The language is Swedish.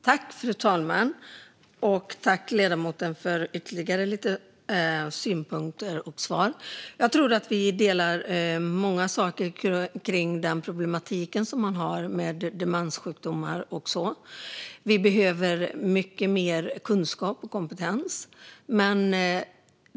Fru talman! Tack, ledamoten, för ytterligare synpunkter och svar! Jag tror att vi är eniga om många saker rörande problematiken med demenssjukdomar. Vi behöver mycket mer kunskap och kompetens.